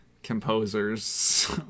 Composers